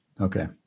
Okay